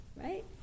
Right